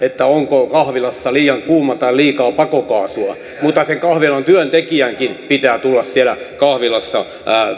onko kahvilassa liian kuuma tai liikaa pakokaasua sen kahvilan työntekijänkin pitää tulla siellä kahvilassa